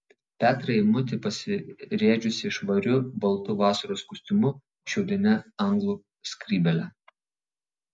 petrą eimutį pasirėdžiusį švariu baltu vasaros kostiumu šiaudine anglų skrybėle